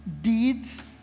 Deeds